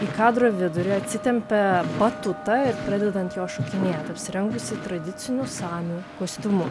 į kadro vidurį atsitempia batutą ir pradeda ant jos šokinėti apsirengusi tradiciniu samių kostiumu